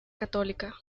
católica